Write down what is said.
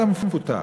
אתה מפוטר.